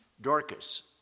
Dorcas